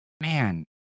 man